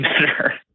better